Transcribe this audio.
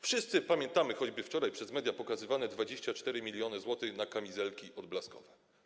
Wszyscy pamiętamy choćby wczoraj przez media pokazywane 24 mln zł na kamizelki odblaskowe.